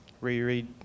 reread